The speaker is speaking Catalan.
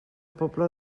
pobla